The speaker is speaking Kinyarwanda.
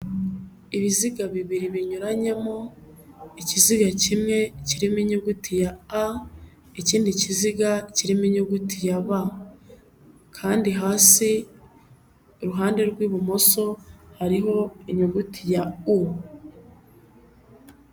Ibiziga bibiri binyuranyemo, ikiziga kimwe kirimo inyuguti ya a, ikindi kiziga kirimo inyuguti yaba ba kandi hasi iruhande rw'ibumoso, hariho inyuguti ya u.